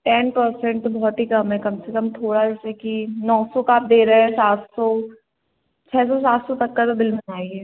ten percent तो बहुत ही कम है कम से कम थोड़ा जैसे कि नौ सौ का आप दे रहे सात सौ छः सौ सात सौ तक का तो बिल बनाइए